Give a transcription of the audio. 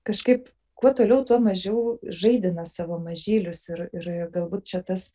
kažkaip kuo toliau tuo mažiau žaidina savo mažylius ir ir galbūt čia tas